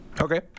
Okay